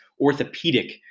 orthopedic